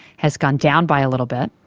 has gone down by a little bit.